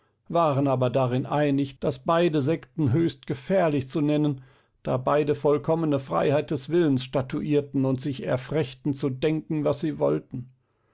waren aber darin einig daß beide sekten höchst gefährlich zu nennen da beide vollkommene freiheit des willens statuierten und sich erfrechten zu denken was sie wollten